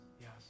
yes